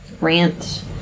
Rant